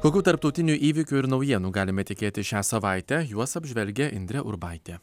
kokių tarptautinių įvykių ir naujienų galime tikėtis šią savaitę juos apžvelgia indrė urbaitė